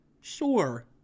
Sure